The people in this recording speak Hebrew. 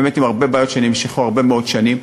באמת עם הרבה בעיות שנמשכו הרבה מאוד שנים.